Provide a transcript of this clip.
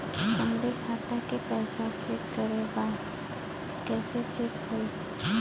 हमरे खाता के पैसा चेक करें बा कैसे चेक होई?